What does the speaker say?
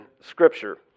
Scripture